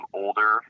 older